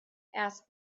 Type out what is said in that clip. asked